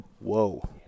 Whoa